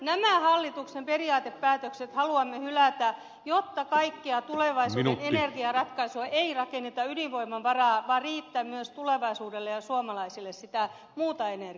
nämä hallituksen periaatepäätökset haluamme hylätä jotta kaikkia tulevaisuuden energiaratkaisuja ei rakenneta ydinvoiman varaan vaan riittää tulevaisuudelle ja suomalaisille myös sitä muuta energiaa